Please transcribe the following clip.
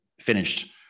finished